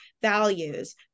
values